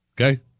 okay